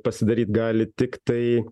pasidaryti gali tiktai